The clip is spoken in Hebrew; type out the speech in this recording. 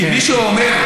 כי מי שאומר,